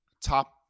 top